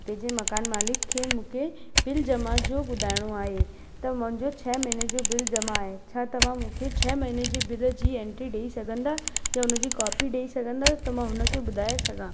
उते जे मकान मालिक खे मूंखे बिल जमा जो ॿुधाइणो आहे त मुंंहिंजो छह महीने जो बिल जमा आहे छा तव्हां मूंखे छह महीने जे बिल जी एंट्री ॾेई सघंदा या उन जी कॉपी ॾेई सघंदा त मां हुन खे ॿुधाए सघां